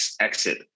exit